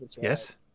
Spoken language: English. Yes